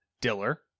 diller